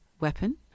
weapon